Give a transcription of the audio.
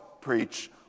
preach